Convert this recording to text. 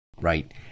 Right